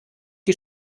die